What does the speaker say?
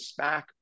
SPAC